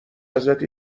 ازت